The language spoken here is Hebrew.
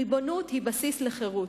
ריבונות היא בסיס לחירות,